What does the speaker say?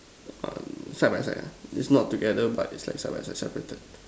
ya side by side lah it's not together but it's like side by side separated